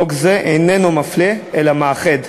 חוק זה איננו מפלה אלא מאחד.